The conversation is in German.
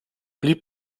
blieb